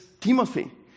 Timothy